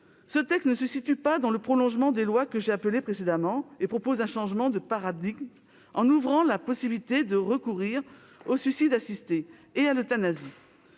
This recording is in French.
ce texte ne se situe pas dans le prolongement des lois que j'ai rappelées précédemment. Il prévoit un changement de paradigme en ouvrant la possibilité de recourir au suicide assisté et à l'euthanasie.